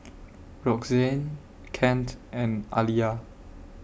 Roxanne Kent and Aliya